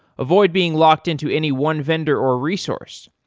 avoid being locked into any one vendor or resource.